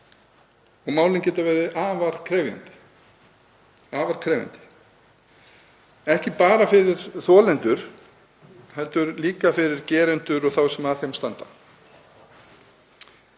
og málin geta verið afar krefjandi, ekki bara fyrir þolendur heldur líka fyrir gerendur og þá sem að þeim standa.